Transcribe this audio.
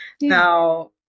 Now